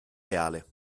reale